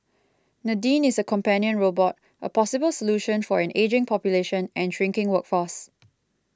Nadine is a companion robot a possible solution for an ageing population and shrinking workforce